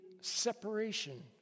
separation